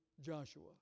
Joshua